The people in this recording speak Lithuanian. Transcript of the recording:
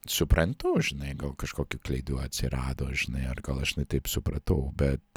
suprantu žinai gal kažkokių klaidų atsirado žinai ar gal aš ne taip supratau bet